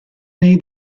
nei